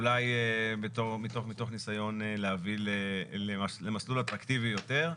אולי מתוך ניסיון להביא למסלול אטרקטיבי יותר.